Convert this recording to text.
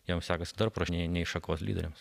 jom sekasi dar prasčiau nei šakos lyderiams